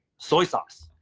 soy sauce.